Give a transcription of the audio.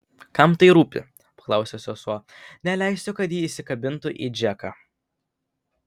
kam tai rūpi paklausė sesuo neleisiu kad ji įsikabintų į džeką